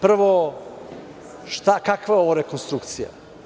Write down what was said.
Prvo, kakva je ovo rekonstrukcija?